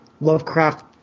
Lovecraft